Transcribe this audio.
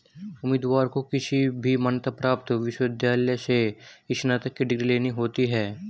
उम्मीदवार को किसी भी मान्यता प्राप्त विश्वविद्यालय से स्नातक की डिग्री लेना होती है